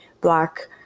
black